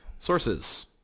Sources